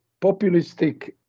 populistic